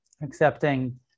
Accepting